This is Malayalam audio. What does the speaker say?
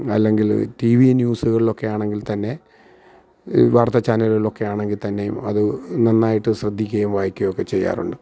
അല്ലെങ്കില് ടി വി ന്യൂസുകൾളൊക്കെ ആണെങ്കിൽ തന്നെ ഈ വാർത്താ ചാനലിലൊക്കെ ആണെങ്കിൽ തന്നെയും അത് നന്നായിട്ട് ശ്രദ്ധിക്കുകയും വായിക്കുകയുമൊക്കെ ചെയ്യാറുണ്ട്